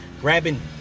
grabbing